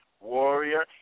warrior